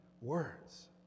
words